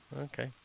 okay